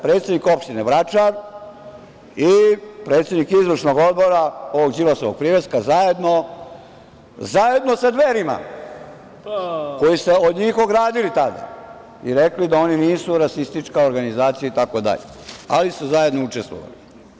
Predsednik opštine Vračar i predsednik Izvršnog odbora ovog Đilasovog priveska, zajedno sa Dverima, koji su se od njih ogradili tada i rekli da oni nisu rasistička organizacija itd, ali su zajedno učestvovali.